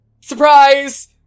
Surprise